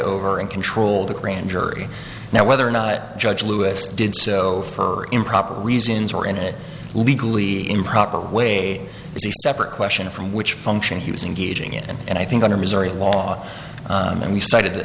over and control the grand jury now whether or not judge lewis did so for improper reasons or in it legally improper way separate question from which function he was engaging in and i think under missouri law and we